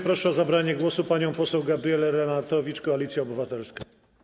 Proszę o zabranie głosu panią poseł Gabrielę Lenartowicz, Koalicja Obywatelska.